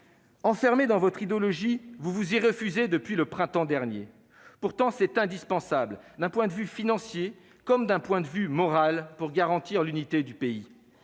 Enfermé dans votre idéologie, vous vous y refusez depuis le printemps dernier, pourtant, c'est indispensable d'un point de vue financier comme d'un point de vue moral pour garantir l'unité du pays.